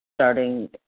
Starting